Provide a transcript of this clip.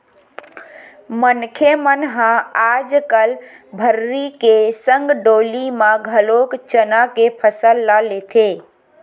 मनखे मन ह आजकल भर्री के संग डोली म घलोक चना के फसल ल लेथे